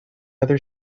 other